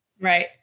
Right